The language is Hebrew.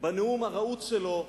בנאום הרהוט שלו,